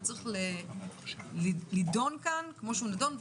וצריך לידון כאן כמו שהוא נדון,